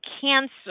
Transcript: cancer